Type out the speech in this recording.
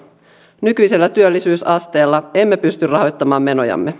nykyisellä työllisyysasteella emme pysty rahoittamaan menojamme